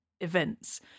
events